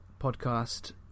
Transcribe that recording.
podcast